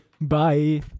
Bye